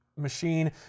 machine